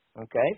okay